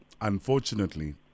Unfortunately